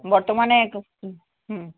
বর্তমানে তো হুম